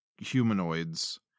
humanoids